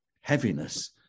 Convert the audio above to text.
heaviness